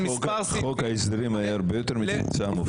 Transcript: מספר סעיפים --- חוק ההסדרים היה הרבה יותר מצומצם,